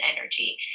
energy